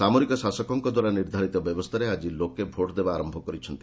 ସାମରିକ ଶାସକଙ୍କ ଦ୍ୱାରା ନିର୍ଦ୍ଧାରିତ ବ୍ୟବସ୍ଥାରେ ଆକ୍କି ଲୋକେ ଭୋଟ୍ଦେବା ଆରମ୍ଭ କରିଛନ୍ତି